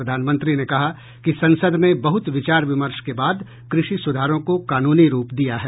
प्रधानमंत्री ने कहा कि संसद ने बहुत विचार विमर्श के बाद कृषि सुधारों को कानूनी रूप दिया है